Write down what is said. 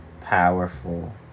powerful